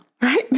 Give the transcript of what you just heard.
right